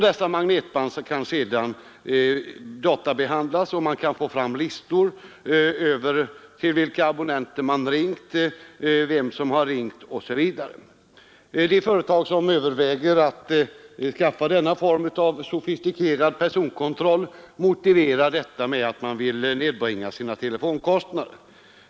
Dessa magnetband kan sedan databehandlas, och man kan få fram listor över vilka abonnenter personalen har ringt till, vem som har ringt osv. De företag som överväger att skaffa denna form av sofistikerad personalkontroll motiverar detta med att man önskar nedbringa sina telefonkostnader.